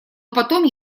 потом